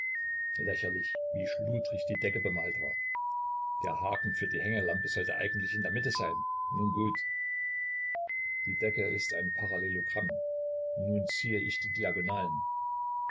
lächerlich wie schludrig die decke bemalt war der haken für die hängelampe sollte eigentlich in der mitte sein nun gut die decke ist ein parallelogramm nun zieh ich die diagonalen